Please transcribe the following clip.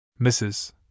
Mrs